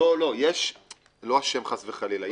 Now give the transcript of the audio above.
לא, לא אשם, חס וחלילה.